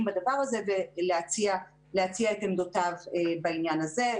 בדבר הזה ולהציע את עמדותיו בעניין הזה.